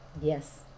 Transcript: Yes